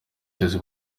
cyose